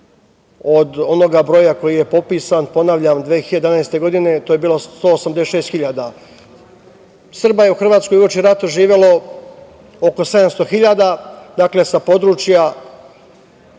od onoga broja koji je popisan, ponavljam, 2011. godine. To je bilo 186.000. Srba je u Hrvatskoj uoči rata živelo oko 700.000. Sa područja